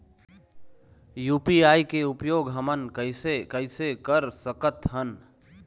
UPI के उपयोग हमन कैसे कैसे कर सकत हन?